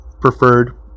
preferred